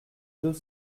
deux